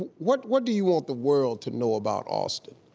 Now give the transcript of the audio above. what what do you want the world to know about austin?